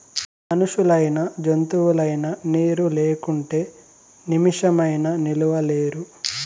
మనుషులైనా జంతువులైనా నీరు లేకుంటే నిమిసమైనా నిలువలేరు